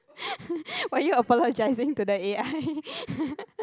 were you apologising to the A_I